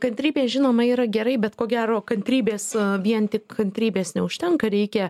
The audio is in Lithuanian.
kantrybė žinoma yra gerai bet ko gero kantrybės vien tik kantrybės neužtenka reikia